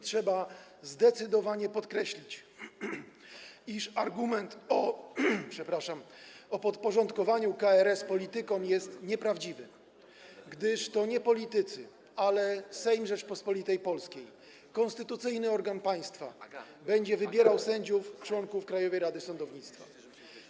Trzeba zdecydowanie podkreślić, iż argument o podporządkowaniu KRS politykom jest nieprawdziwy, gdyż to nie politycy, ale Sejm Rzeczypospolitej Polskiej, konstytucyjny organ państwa, będzie wybierał sędziów członków Krajowej Rady Sądownictwa.